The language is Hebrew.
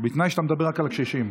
בתנאי שאתה מדבר רק על קשישים.